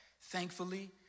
Thankfully